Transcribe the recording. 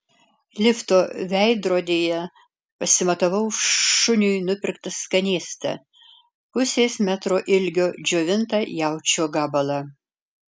lifto veidrodyje pasimatavau šuniui nupirktą skanėstą pusės metro ilgio džiovintą jaučio gabalą